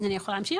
אני יכולה להמשיך?